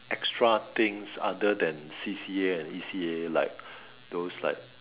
extra things other than C_C_A and E_C_A like those like